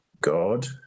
God